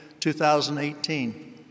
2018